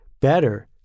Better